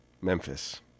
memphis